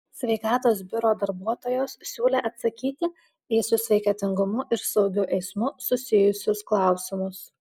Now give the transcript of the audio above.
sveikatos biuro darbuotojos siūlė atsakyti į su sveikatingumu ir saugiu eismu susijusius klausimus